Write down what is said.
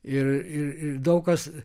ir ir daug kas